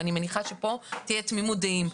ואני מניחה שפה תהיה תמימות דעים,